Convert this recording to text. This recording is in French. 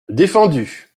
défendu